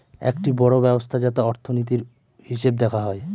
একটি বড়ো ব্যবস্থা যাতে অর্থনীতির, হিসেব দেখা হয়